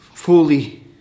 Fully